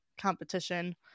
competition